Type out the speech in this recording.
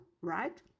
right